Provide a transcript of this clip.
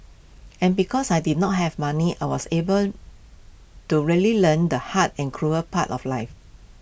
and because I did not have money I was able to really learn the hard and cruel part of life